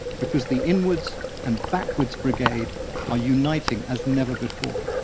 because the inwards and backwards brigade are uniting as never before,